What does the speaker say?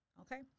okay